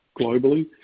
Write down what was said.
globally